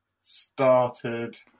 started